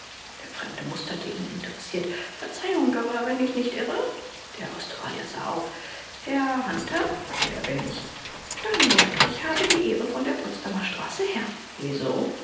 der fremde musterte ihn interessiert verzeihung aber wenn ich nicht irre der australier sah auf herr hunter der bin ich steinberg ich habe die ehre von der potsdamer straße her wieso